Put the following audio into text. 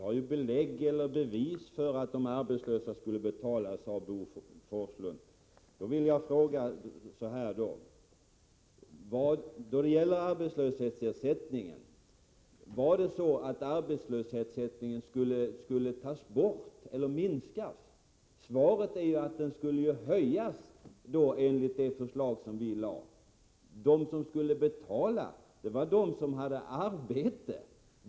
Fru talman! Vi har bevis för att de arbetslösa skulle få betala om ert förslag genomfördes, sade Bo Forslund. Jag vill då fråga: Skulle arbetslöshetsersättningen tas bort eller minskas enligt vårt förslag? Svaret är att den skulle höjas. De som skulle betala var de som hade arbete.